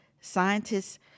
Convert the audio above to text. scientists